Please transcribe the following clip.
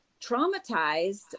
traumatized